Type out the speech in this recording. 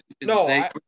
No